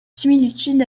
similitude